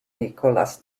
nicolás